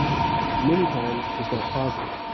many times, is not positive.